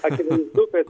akivaizdu kad